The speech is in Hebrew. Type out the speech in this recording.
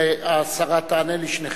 והשרה תענה לשניכם.